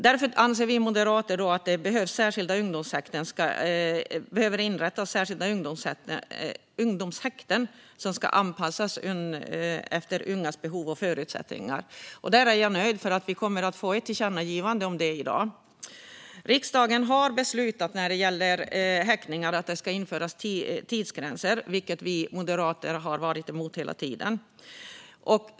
Därför anser vi moderater att särskilda ungdomshäkten behöver inrättas som ska anpassas efter ungas behov och förutsättningar. Jag är nöjd, för vi kommer att få ett tillkännagivande om detta i dag. Riksdagen har beslutat om tidsgränser för häktning, vilket vi moderater har varit emot hela tiden.